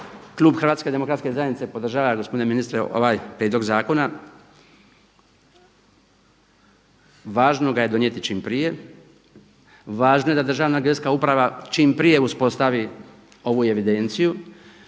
u tom smislu klub HDZ-a podržava gospodine ministre ovaj prijedlog zakona. Važno ga je donijeti čim prije, važno je da Državna geodetska uprava čim prije uspostavi ovu evidenciju.